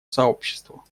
сообществу